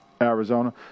Arizona